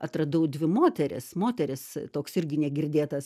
atradau dvi moteris moteris toks irgi negirdėtas